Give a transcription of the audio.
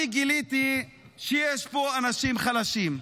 אני גיליתי שיש פה אנשים חלשים.